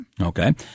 Okay